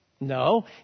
No